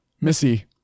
Missy